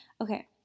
okay